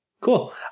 cool